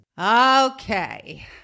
Okay